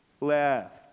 left